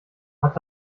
hat